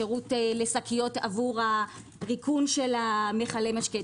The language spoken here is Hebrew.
שירות לשקיות עבור הריקון של מכלי המשקה,